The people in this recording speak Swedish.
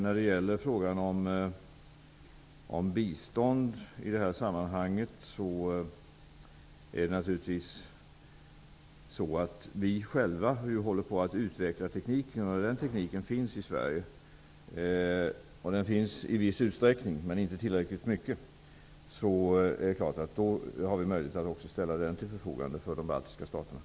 När det gäller frågan om bistånd i detta sammanhang, håller vi själva naturligtvis på att utveckla tekniken -- den finns i Sverige. Om tekniken finns i viss utsträckning i de baltiska staterna men inte tillräckligt mycket, är det klart att vi har möjlighet att ställa den till deras förfogande.